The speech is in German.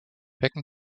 becken